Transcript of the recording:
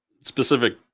specific